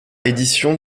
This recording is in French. édition